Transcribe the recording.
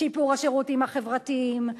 שיפור השירותים החברתיים,